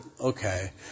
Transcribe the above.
Okay